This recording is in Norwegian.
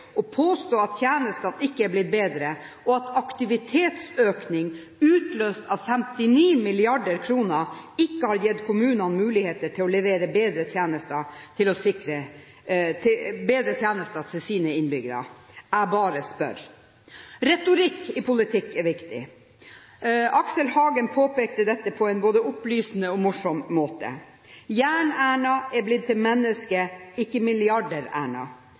å påstå at tjenestene ikke er blitt bedre, og at aktivitetsøkning utløst av 59 mrd. kr ikke har gitt kommunene muligheter til å levere bedre tjenester til sine innbyggere? Jeg bare spør. Retorikk i politikk er viktig. Aksel Hagen påpekte dette på en både opplysende og morsom måte: Jern-Erna er blitt til Menneske-, ikke